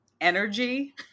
energy